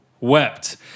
wept